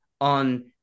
on